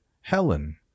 Helen